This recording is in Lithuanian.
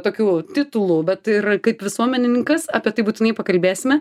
tokių titulų bet ir kaip visuomenininkas apie tai būtinai pakalbėsime